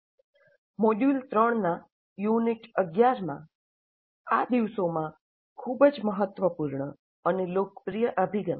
module 3નાં unit 11 માં આ દિવસોમાં ખૂબ જ મહત્વપૂર્ણ અને લોકપ્રિય અભિગમ